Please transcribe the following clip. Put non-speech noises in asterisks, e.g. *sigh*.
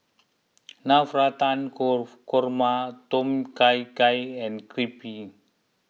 Navratan *hesitation* Korma Tom Kha Gai and Crepe